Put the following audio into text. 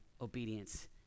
obedience